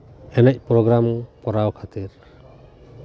ᱮᱱᱮᱡ ᱯᱨᱳᱜᱨᱟᱢ ᱠᱚᱨᱟᱣ ᱠᱷᱟᱹᱛᱤᱨ